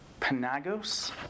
Panagos